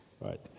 Right